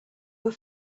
were